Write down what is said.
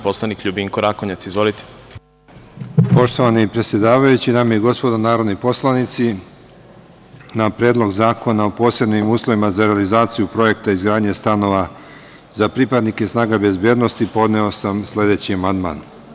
Poštovani predsedavajući, dame i gospodo narodni poslanici, na Predlog zakona o posebnim uslovima za realizaciju projekta izgradnje stanova za pripadnike snaga bezbednosti, podneo sam sledeći amandman.